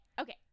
okay